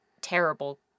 terrible